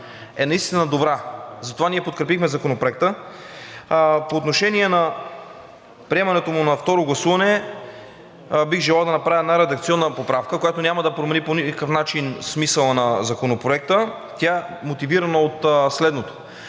е наистина добра. Затова ние подкрепихме Законопроекта. По отношение на приемането му на второ гласуване бих желал да направя една редакционна поправка, която няма да промени по никакъв начин смисъла на Законопроекта. Тя е мотивирана от следното.